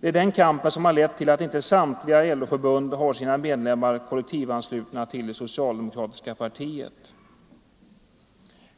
Det är den kampen som lett till att inte samtliga LO-förbund har sina medlemmar kollektivanslutna till det socialdemokratiska partiet.